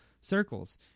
circles